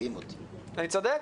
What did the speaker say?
אני צודק?